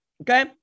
okay